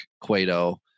Cueto